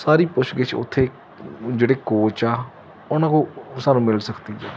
ਸਾਰੀ ਪੁੱਛ ਗਿੱਛ ਉੱਥੇ ਜਿਹੜੇ ਕੋਚ ਆ ਉਹਨਾਂ ਕੋਲ ਸਾਨੂੰ ਮਿਲ ਸਕਦੀ ਆ